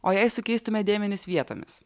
o jei sukeistume dėmenis vietomis